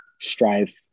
strive